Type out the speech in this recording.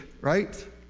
right